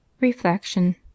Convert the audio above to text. Reflection